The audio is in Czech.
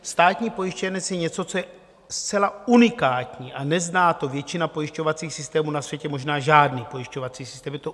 Státní pojištěnec je něco, co je zcela unikátní a nezná to většina pojišťovacích systémů na světě, možná žádný pojišťovací systém.